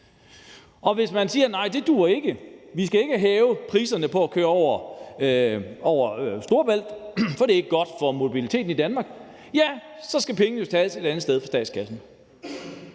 Og hvis man siger nej, det duer ikke, og vi skal ikke hæve priserne på at køre over Storebælt, for det er ikke godt for mobiliteten i Danmark, så skal pengene tages et andet sted i statskassen.